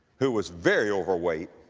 who was very overweight,